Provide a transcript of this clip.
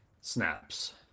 snaps